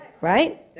Right